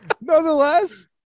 Nonetheless